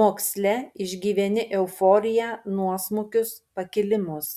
moksle išgyveni euforiją nuosmukius pakilimus